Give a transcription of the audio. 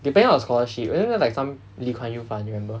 depending on scholarship and then like some lee kuan yew [one] you remember